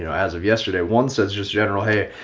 you know as of yesterday, one says, just general hey,